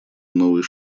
новой